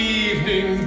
evening